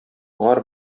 моңар